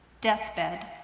deathbed